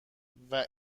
ولی